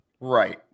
Right